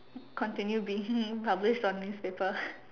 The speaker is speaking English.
continue being published on newspaper